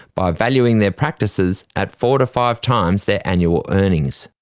by valuing their practices at four to five times their annual earnings.